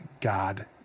god